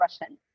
Russian